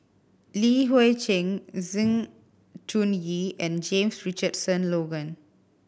Li Hui Cheng Sng Choon Yee and James Richardson Logan